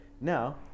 Now